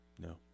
No